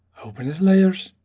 open as layers